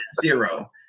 zero